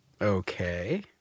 Okay